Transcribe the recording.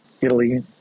italy